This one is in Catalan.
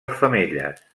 femelles